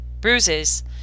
bruises